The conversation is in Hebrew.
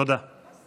תודה, באמת.